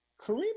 Kareem